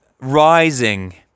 rising